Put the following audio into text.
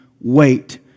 wait